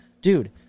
dude